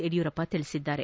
ಯಡಿಯೂರಪ್ಪ ತಿಳಿಸಿದ್ದಾರೆ